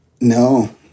no